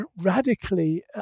radically